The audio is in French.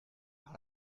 par